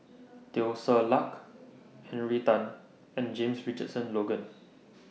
Teo Ser Luck Henry Tan and James Richardson Logan